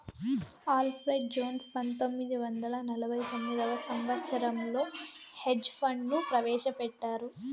Alfred Jones పంతొమ్మిది వందల నలభై తొమ్మిదవ సంవచ్చరంలో హెడ్జ్ ఫండ్ ను ప్రవేశపెట్టారు